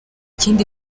izindi